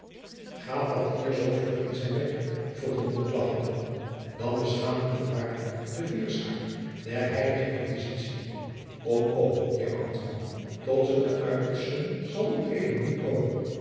gaat dat hier zoo vlug in zijn werk vroeg de monnik lagchende dan beschaamt men waarlijk de vierschaar der heilige inquisitie kom kom heer ambtman tot zulke uitersten zal ued niet komen